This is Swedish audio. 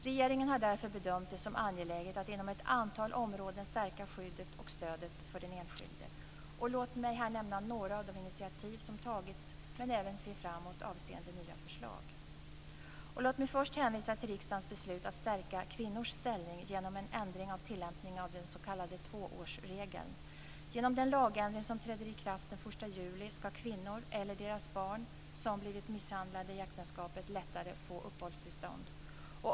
Regeringen har därför bedömt det som angeläget att inom ett antal områden stärka skyddet och stödet för den enskilde. Låt mig här nämna några av de initiativ som har tagits men även se framåt avseende nya förslag. Låt mig först hänvisa till riksdagens beslut att stärka kvinnors ställning genom en ändring av tilllämpningen av den s.k. tvåårsregeln. Genom den lagändring som träder i kraft den 1 juli ska kvinnor, eller deras barn, som blivit misshandlade i äktenskapet lättare få uppehållstillstånd.